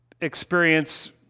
experience